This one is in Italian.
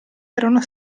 erano